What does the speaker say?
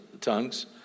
tongues